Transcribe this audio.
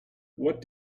what